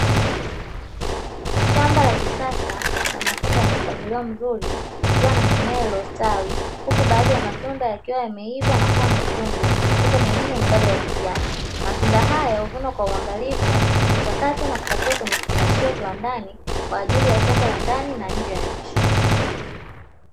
Shamba la kisasa la matunda yenye mpangilio mzuri likiwa na mimea iliyostawi huku baadhi ya matunda yakiwa yameiva na kuwa mekundu huku mengine ni bado ya kijani. Matunda haya huvunwa kwa uangalifu, huchakatwa na kupakiwa kwenye vifungashio kiwandani kwa ajili ya soko la ndani na nje ya nchi.